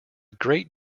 great